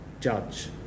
judge